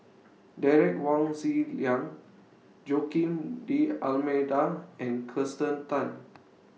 Derek Wong Zi Liang Joaquim D'almeida and Kirsten Tan